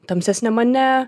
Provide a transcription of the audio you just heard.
tamsesnę mane